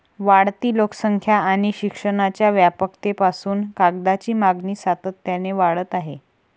वाढती लोकसंख्या आणि शिक्षणाच्या व्यापकतेपासून कागदाची मागणी सातत्याने वाढत आहे